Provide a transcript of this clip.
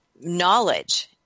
knowledge